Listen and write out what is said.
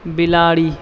बिलाड़ि